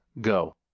go